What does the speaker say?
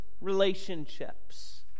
relationships